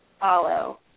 Follow